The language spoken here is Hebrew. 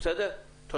תודה.